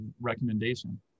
recommendation